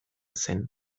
zen